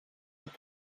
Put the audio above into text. with